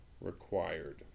required